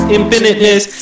infiniteness